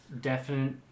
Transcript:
definite